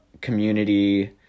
community